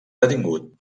detingut